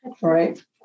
Right